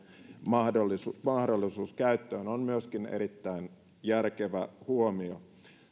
mahdollisuus vuokratyövoiman käyttöön on myöskin erittäin järkevä huomio